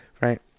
Right